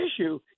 issue